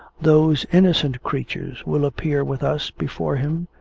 those innocent creatures will appear with us before him,